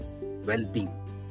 Well-being